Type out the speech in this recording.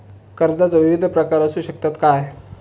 कर्जाचो विविध प्रकार असु शकतत काय?